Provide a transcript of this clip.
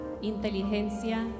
inteligencia